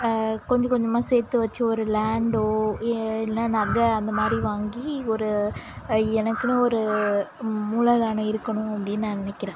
கொஞ்சம் கொஞ்சமாக சேர்த்து வைச்சு ஒரு லேண்டோ ஏ இல்லைனா நகை அந்த மாதிரி வாங்கி ஒரு எனக்குனு ஒரு மூலதனம் இருக்கணும் அப்படினு நான் நினைக்கிறேன்